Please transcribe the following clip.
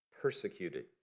persecuted